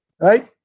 Right